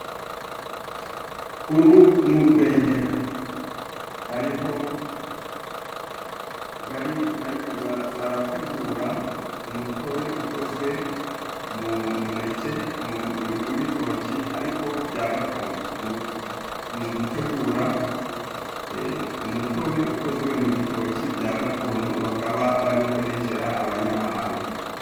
Uru ni urwengero bariho barategura umutobe ukozwe mu muneke w'ibitoki ariko bya gakondo ni ugutegura umutobe ukozwe mu gitoki bya gakondo bakaba bari no kwerekera abanyamahanga.